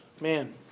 man